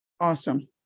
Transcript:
Awesome